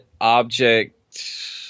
object